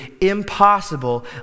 impossible